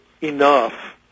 enough